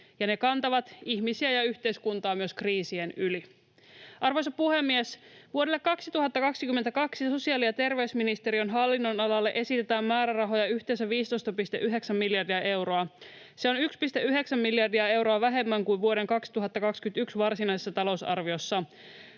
ne kantavat ihmisiä ja yhteiskuntaa myös kriisien yli. Arvoisa puhemies! Vuodelle 2022 sosiaali- ja terveysministeriön hallinnonalalle esitetään määrärahoja yhteensä 15,9 miljardia euroa. Se on 1,9 miljardia euroa vähemmän kuin vuoden 2021 varsinaisessa talousarviossa.